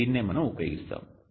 దీనినే మనం ఉపయోగిస్తాము